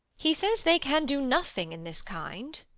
he says they can do nothing in this kind.